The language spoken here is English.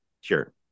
Sure